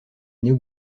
néo